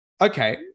okay